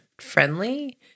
friendly